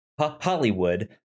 hollywood